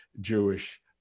Jewish